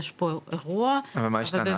יש פה אירוע ובוודאי צריך --- ומה השתנה?